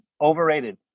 Overrated